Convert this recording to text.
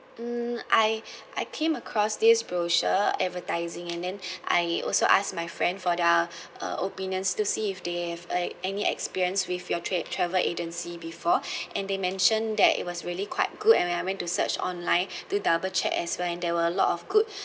mm I I came across this brochure advertising and then I also ask my friend for their uh opinions to see if they have like any experience with your trav~ travel agency before and they mentioned that it was really quite good and when I went to search online to double check as well and there were a lot of good